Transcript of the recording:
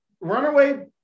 Runaway